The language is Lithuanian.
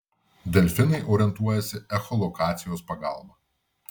delfinai orientuojasi echolokacijos pagalba